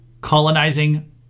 colonizing